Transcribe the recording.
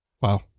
Wow